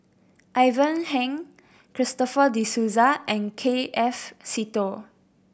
Ivan Heng Christopher De Souza and K F Seetoh